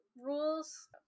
rules